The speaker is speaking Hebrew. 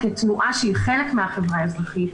כתנועה שהיא חלק מהחברה הישראלית,